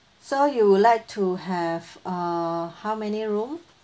so you would like to have uh how many room